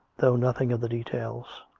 though nothing of the details